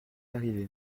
arrivée